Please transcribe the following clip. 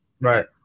Right